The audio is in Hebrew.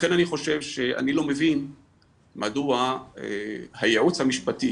לכן אני חושב שאני לא מבין מדוע הייעוץ המשפטי